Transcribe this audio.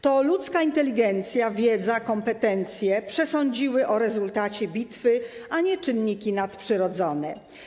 To ludzka inteligencja, wiedza, kompetencje przesądziły o rezultacie bitwy, a nie czynniki nadprzyrodzone.